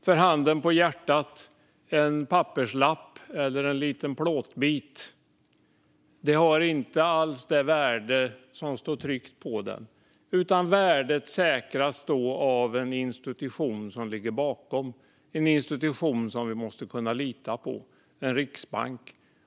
För handen på hjärtat - en papperslapp eller en liten plåtbit har inte alls det värde som står tryckt på den, utan värdet säkras av en institution som ligger bakom, en institution som vi måste kunna lita på, en riksbank.